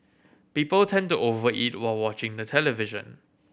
people tend to over eat while watching the television